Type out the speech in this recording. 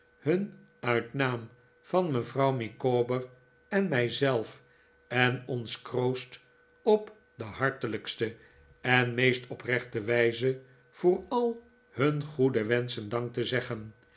hun uit naam van mevrouw micawber en mij zelf en ons kroost op de hartelijkste en meest oprechte wijze voor al hun goede wenschen dank te zeggen